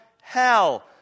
hell